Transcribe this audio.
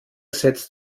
setzte